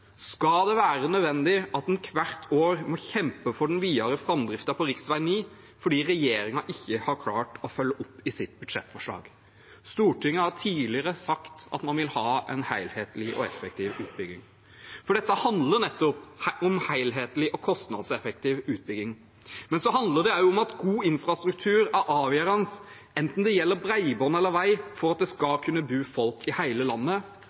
Skal det være nødvendig at en hvert år må kjempe for den videre framdriften på rv. 9, fordi regjeringen ikke har klart å følge opp i sitt budsjettforslag? Stortinget har tidligere sagt at man vil ha en helhetlig og effektiv utbygging, og dette handler nettopp om helhetlig og kostnadseffektiv utbygging. Men så handler det også om at god infrastruktur er avgjørende, enten det gjelder bredbånd eller vei, for at det skal kunne bo folk i hele landet